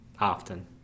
often